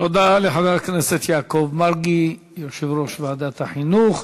תודה לחבר הכנסת יעקב מרגי, יושב-ראש ועדת החינוך.